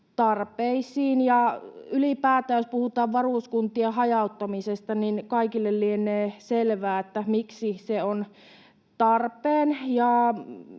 tarpeisiin. Ja ylipäätään, jos puhutaan varuskuntien hajauttamisesta, kaikille lienee selvää, miksi se on tarpeen.